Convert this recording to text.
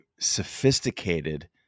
sophisticated